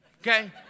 okay